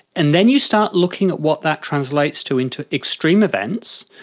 and then you start looking at what that translates to into extreme events,